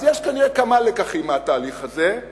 אז יש כנראה כמה לקחים מהתהליך הזה,